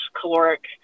caloric